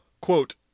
quote